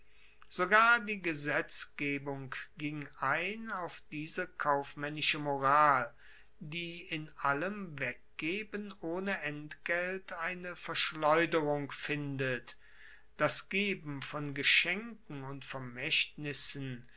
sogar die gesetzgebung ging ein auf diese kaufmaennische moral die in allem weggeben ohne entgelt eine verschleuderung findet das geben von geschenken und vermaechtnissen